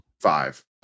five